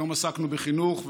היום עסקנו בחינוך,